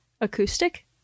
acoustic